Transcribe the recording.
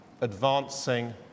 advancing